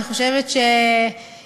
אני חושבת שאמך,